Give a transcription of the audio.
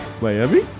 Miami